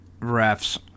Refs